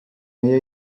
meie